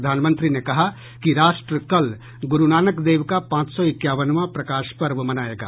प्रधानमंत्री ने कहा कि राष्ट्र कल गुरु नानक देव का पांच सौ इकावनवां प्रकाश पर्व मनाएगा